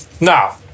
Now